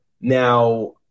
Now